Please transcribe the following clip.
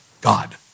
God